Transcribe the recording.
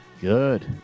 Good